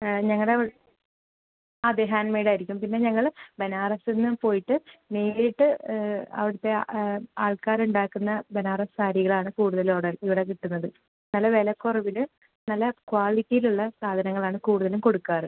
ആ ഞങ്ങളുടെ വി അതെ ഹാൻഡ്മെയ്ഡ് ആയിരിക്കും പിന്നെ ഞങ്ങൾ ബനാറസിൽ നിന്ന് പോയിട്ട് നേരിട്ട് അവിടുത്തെ ആൾക്കാർ ഉണ്ടാക്കുന്ന ബനാറസ് സാരികളാണ് കൂടുതലും അവിടെ ഇവിടെ കിട്ടുന്നത് നല്ല വിലക്കുറവിൽ നല്ല ക്വാളിറ്റിയിലുള്ള സാധനങ്ങളാണ് കൂടുതലും കൊടുക്കാറ്